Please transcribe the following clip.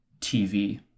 TV